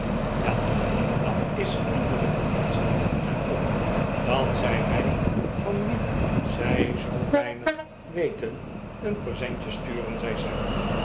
wel dat is vriendelijk van dodson en fogg dat zij mij van wien zij zoo weinig weten een presentje sturen zei